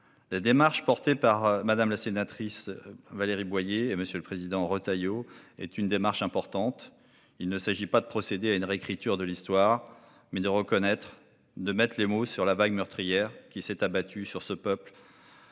La démarche engagée par Mme la sénatrice Valérie Boyer et M. le président Bruno Retailleau est importante. Il ne s'agit pas de procéder à une réécriture de l'histoire, mais de reconnaître, de mettre les mots sur la vague meurtrière qui s'est abattue sur ce peuple